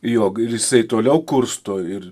jog ir jisai toliau kursto ir